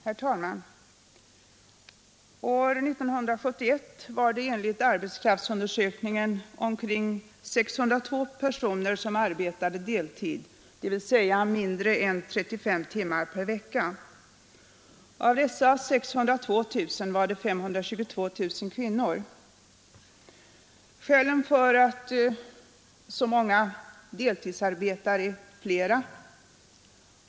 Herr talman! År 1971 var det enligt gjord arbetskraftsundersökning omkring 602 000 personer som arbetade på deltid, alltså mindre än 35 timmar per vecka. Av dessa 602 000 var 522 000 kvinnor. Skälen till att så många deltidsarbetar är flera.